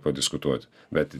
padiskutuoti bet